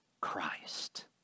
Christ